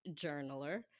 journaler